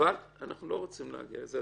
אנחנו לא רוצים להגיע לזה.